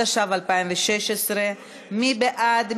התשע"ו 2016. מי בעד?